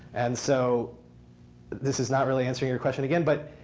and so this is not really answering your question again. but